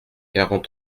quarante